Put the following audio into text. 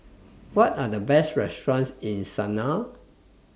What Are The Best restaurants in Sanaa